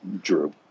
Drew